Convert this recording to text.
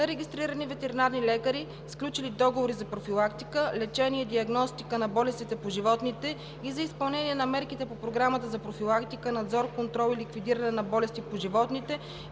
На регистрирани ветеринарни лекари, сключили договори за профилактика, лечение и диагностика на болестите по животните и за изпълнение на мерките по програмата за профилактика, надзор, контрол и ликвидиране на болести по животните